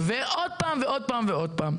ועוד פעם ועוד פעם.